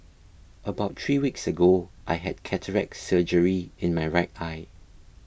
about three weeks ago I had cataract surgery in my right eye